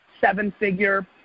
seven-figure